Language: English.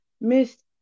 Miss